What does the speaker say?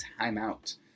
timeout